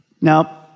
Now